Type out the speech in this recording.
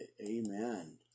Amen